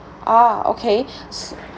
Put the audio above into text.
oh okay